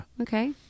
Okay